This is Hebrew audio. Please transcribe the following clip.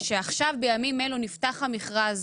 שעכשיו בימים אלו נפתח המכרז